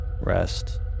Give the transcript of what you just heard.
rest